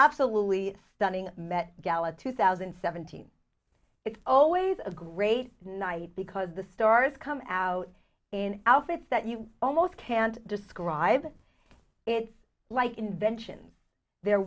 absolutely stunning met gala two thousand and seventeen it's always a great night because the stars come out in outfits that you almost can't describe it like inventions they're